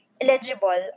eligible